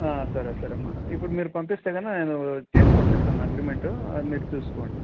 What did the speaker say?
సరే సరేమ్ ఇప్పుడు మీరు పంపిస్తే కన్నా నేను చేసి పంపిస్తాను అగ్రిమెంటు మీరు చూసుకోండి